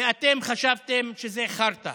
ואתם חשבתם שזה חרטא,